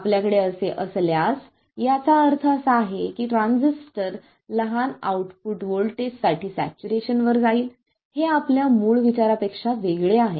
आपल्याकडे असे असल्यास याचा अर्थ असा आहे की ट्रांझिस्टर लहान आउटपुट व्होल्टेज साठी सॅच्युरेशन वर जाईल हे आपल्या मूळ विचारापेक्षा वेगळे आहे